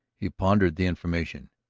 he pondered the information.